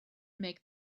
make